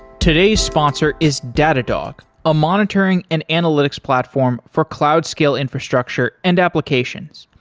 today's sponsor is datadog, a monitoring and analytics platform for cloud scale infrastructure and applications.